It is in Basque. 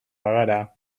bagara